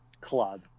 club